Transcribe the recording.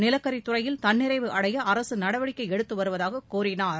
நிலக்கரித்துறையில் தன்னிறைவு அடைய அரசு நடவடிக்கை எடுத்து வருவதாக கூறினார்